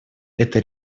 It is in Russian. это